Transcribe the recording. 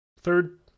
Third